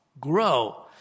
grow